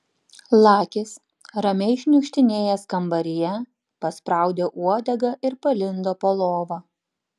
lakis ramiai šniukštinėjęs kambaryje paspraudė uodegą ir palindo po lova